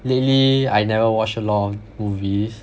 lately I never watch a lot of movies